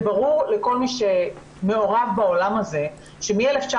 זה ברור לכל מי שמעורב בעולם הזה שמ-1993,